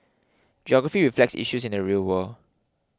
geography reflects issues in the real world